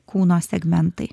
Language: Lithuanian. kūno segmentai